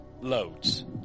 Loads